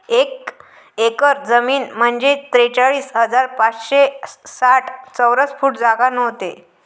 एक एकर जमीन म्हंजे त्रेचाळीस हजार पाचशे साठ चौरस फूट जागा व्हते